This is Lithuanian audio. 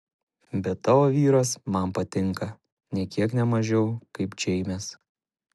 bet tavo vyras man patinka nė kiek ne mažiau kaip džeinės